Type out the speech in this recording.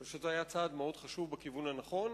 זה היה צעד חשוב מאוד בכיוון הנכון.